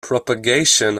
propagation